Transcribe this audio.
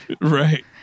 Right